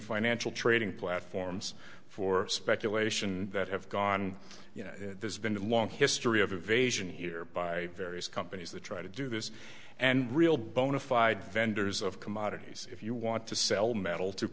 financial trading platforms for speculation that have gone you know there's been a long history of evasion here by various companies that try to do this and real bona fide vendors of commodities if you want to sell metal to